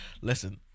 listen